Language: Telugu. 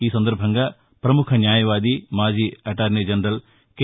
ఈ సందర్బంగా ప్రముఖ న్యాయవాది మాజీ అటార్ని జనరల్ కె